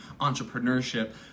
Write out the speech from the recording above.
entrepreneurship